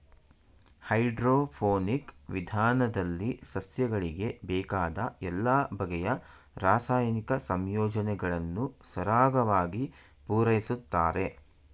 hydroponic ವಿಧಾನದಲ್ಲಿ ಸಸ್ಯಗಳಿಗೆ ಬೇಕಾದ ಎಲ್ಲ ಬಗೆಯ ರಾಸಾಯನಿಕ ಸಂಯೋಜನೆಗಳನ್ನು ಸರಾಗವಾಗಿ ಪೂರೈಸುತ್ತಾರೆ